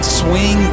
swing